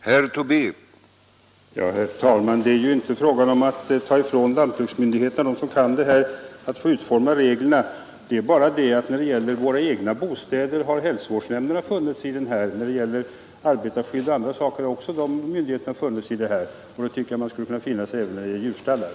djurplågeri Herr talman! Det är inte fråga om att ta ifrån lantbruksmyndigheterna, som kan detta, rätten att få utforma reglerna. Det är bara det att Skärpt lagstiftning hälsovårdsnämnderna när det gäller våra egna bostäder har funnit sig i OR konkurrensbegränsningar detta, och när det gäller arbetarskydd och annat har myndigheterna också funnit sig i det, och då tycker jag man borde kunna finna sig i det även när det gäller djurstallar.